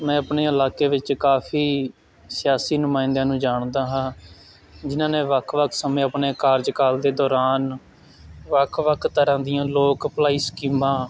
ਮੈਂ ਅਪਣੇ ਇਲਾਕੇ ਵਿੱਚ ਕਾਫੀ ਸਿਆਸੀ ਨੁਮਾਇੰਦਿਆਂ ਨੂੰ ਜਾਣਦਾ ਹਾਂ ਜਿਨ੍ਹਾਂ ਨੇ ਵੱਖ ਵੱਖ ਸਮੇਂ ਆਪਣੇ ਕਾਰਜਕਾਲ ਦੇ ਦੌਰਾਨ ਵੱਖ ਵੱਖ ਤਰ੍ਹਾਂ ਦੀਆਂ ਲੋਕ ਭਲਾਈ ਸਕੀਮਾਂ